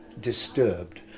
disturbed